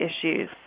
issues